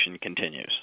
continues